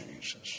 Jesus